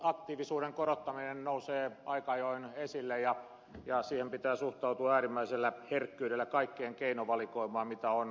äänestysaktiivisuuden korottaminen nousee aika ajoin esille ja pitää suhtautua äärimmäisellä herkkyydellä kaikkeen siihen keinovalikoimaan mitä on mietitty